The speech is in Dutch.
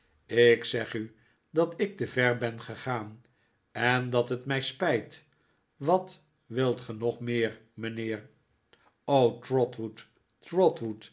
ik zeg u dat ik te ver ben gegaan en dat het mij spijt wat wilt ge nog meer mijnheer